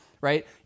right